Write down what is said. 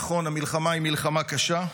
נכון, המלחמה היא מלחמה קשה.